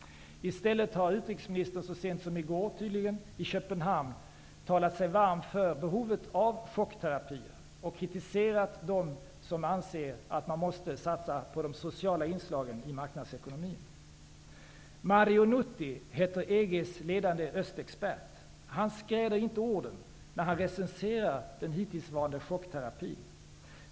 I stället har utrikesministern så sent som i går tydligen i Köpenhamn talat sig varm för behovet av chockterapier och kritiserat dem som anser att man måste satsa på de sociala inslagen i marknadsekonomin. Mario Nuti heter EG:s ledande Östexpert. Han skräder inte orden, när han recenserar den hittillsvarande chockterapin.